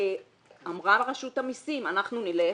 אמרה רשות המסים שהיא תלך,